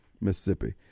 Mississippi